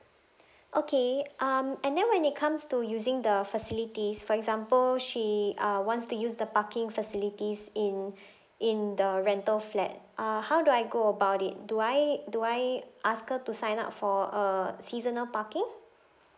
okay um and then when it comes to using the facilities for example she uh wants to use the parking facilities in in the rental flat uh how do I go about it do I do I ask her to sign up for a seasonal parking